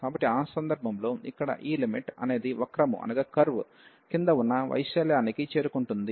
కాబట్టి ఆ సందర్భంలో ఇక్కడ ఈ లిమిట్ అనేది వక్రము క్రింద ఉన్న వైశాల్యానికి చేరుకుంటుంది